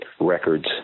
records